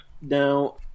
Now